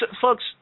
folks